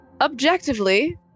objectively